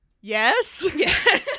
Yes